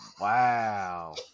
Wow